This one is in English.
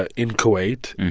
ah in kuwait.